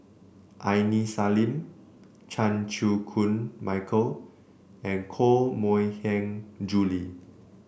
Aini Salim Chan Chew Koon Michael and Koh Mui Hiang Julie